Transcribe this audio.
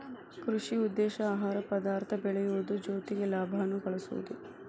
ಕೃಷಿ ಉದ್ದೇಶಾ ಆಹಾರ ಪದಾರ್ಥ ಬೆಳಿಯುದು ಜೊತಿಗೆ ಲಾಭಾನು ಗಳಸುದು